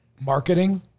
marketing